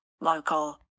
Local